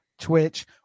Twitch